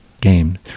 game